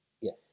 Yes